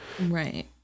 Right